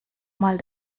mal